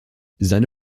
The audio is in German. seine